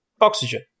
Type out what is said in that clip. oxygen